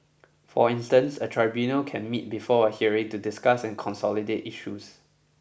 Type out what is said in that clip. for instance a tribunal can meet before a hearing to discuss and consolidate issues